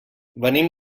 venim